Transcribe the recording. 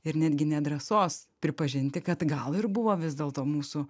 ir netgi ne drąsos pripažinti kad gal ir buvo vis dėlto mūsų